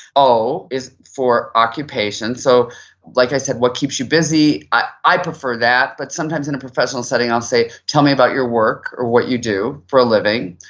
o is for occupation. so like i said, what keeps you busy? i i prefer that but sometimes in a professional setting, i'll say tell me about your work or what you do for a living.